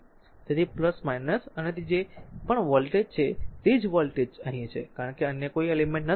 તેથી અને તેથી અહીં જે પણ વોલ્ટેજ છે તે જ વોલ્ટેજ અહીં છે કારણ કે અન્ય કોઈ એલિમેન્ટ નથી